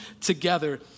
together